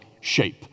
SHAPE